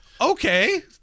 Okay